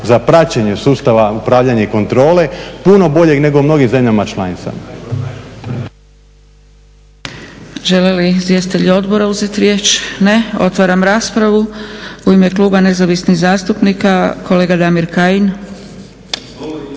za praćenje sustava upravljanja i kontrole, puno boljeg nego mnogim zemljama članicama.